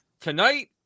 Tonight